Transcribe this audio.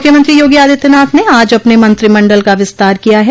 मुख्यमंत्री योगी आदित्यनाथ ने आज अपने मंत्रिमंडल का विस्तार किया है